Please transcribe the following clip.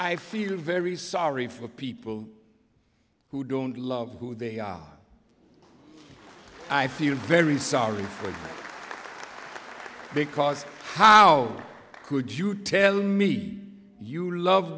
i feel very sorry for people who don't love who they are i feel very sorry for you because how could you tell me you love